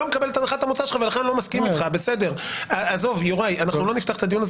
מדובר פה על מינויים של נשיאים במחוזי ובשלום